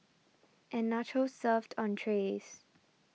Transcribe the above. and nachos served on trays